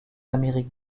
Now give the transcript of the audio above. amérique